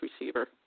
receiver